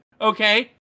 Okay